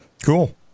Cool